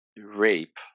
rape